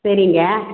சரிங்க